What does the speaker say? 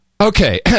Okay